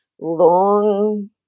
long